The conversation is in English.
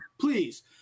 please